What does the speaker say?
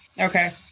Okay